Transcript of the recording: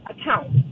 account